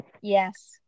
Yes